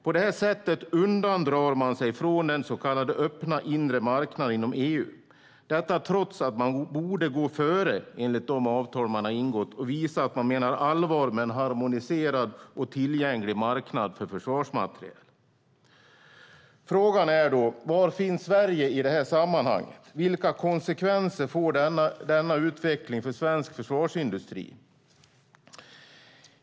På det här sättet drar man sig undan från den så kallade öppna inre marknaden inom EU, trots att man enligt de avtal man har ingått borde gå före och visa att man menar allvar med en harmoniserad och tillgänglig marknad för försvarsmateriel. Frågan är då: Var finns Sverige i det här sammanhanget? Vilka konsekvenser får denna utveckling för den svenska försvarsindustrin?